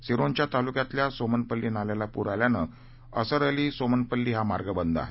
सिरोंचा तालुक्यातल्या सोमनपल्ली नाल्याला पूर आल्याने असरअली सोमनपल्ली हा मार्ग बंद आहे